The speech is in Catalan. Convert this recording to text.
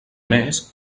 més